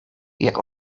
jak